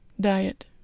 diet